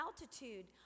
altitude